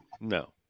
No